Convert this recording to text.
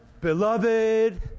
beloved